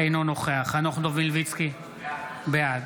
אינו נוכח חנוך דב מלביצקי, בעד